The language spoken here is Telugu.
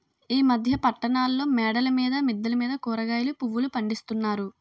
ఈ మధ్య పట్టణాల్లో మేడల మీద మిద్దెల మీద కూరగాయలు పువ్వులు పండిస్తున్నారు